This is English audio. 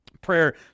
Prayer